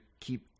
keep